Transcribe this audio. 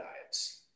diets